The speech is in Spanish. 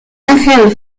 angel